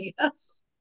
yes